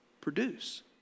produce